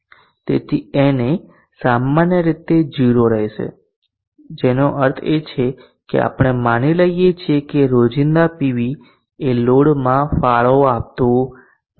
તેથી na સામાન્ય રીતે 0 રહેશે જેનો અર્થ છે કે આપણે માની લઈએ છીએ કે રોજિંદા પીવી એ લોડમાં ફાળો આપતું નથી